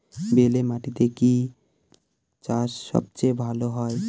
বেলে মাটিতে কি চাষ সবচেয়ে ভালো হয়?